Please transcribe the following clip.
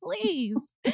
please